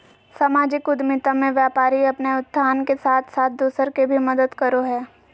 सामाजिक उद्द्मिता मे व्यापारी अपने उत्थान के साथ साथ दूसर के भी मदद करो हय